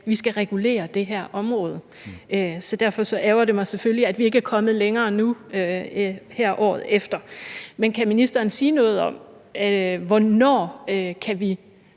Vi skal regulere det her område. Så derfor ærgrer det mig jo selvfølgelig, at vi ikke er kommet længere nu her året efter. Men kan ministeren sige noget om, hvornår vi